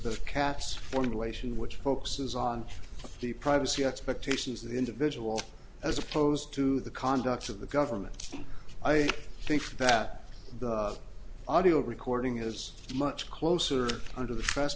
the cat's formulation which focuses on the privacy expectations of the individual as opposed to the conduct of the government i think that the audio recording is much closer to the tres